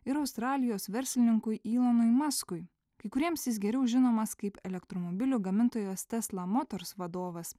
ir australijos verslininkui ilonui maskui kai kuriems jis geriau žinomas kaip elektromobilių gamintojos tesla motors vadovas